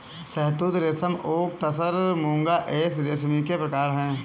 शहतूत रेशम ओक तसर मूंगा एरी रेशम के प्रकार है